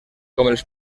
els